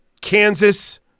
Kansas